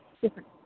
different